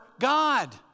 God